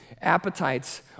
Appetites